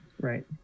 Right